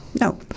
No